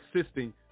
assisting